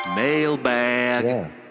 mailbag